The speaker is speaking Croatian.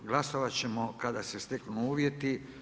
Glasovat ćemo kada se steknu uvjeti.